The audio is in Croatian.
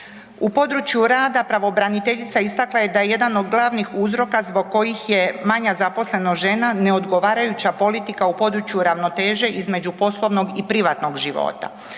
U području rada pravobraniteljica istakla je da jedan od glavnih uzroka zbog kojih je manja zaposlenost žena ne odgovarajuća politika u području ravnoteže između poslovnog i privatnog života.